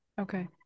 okay